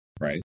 right